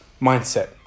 mindset